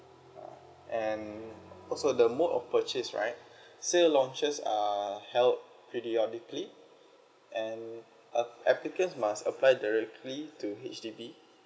and also the mode of purchase right still launches are held periodically and ap~ applicants must apply directly to H_D_B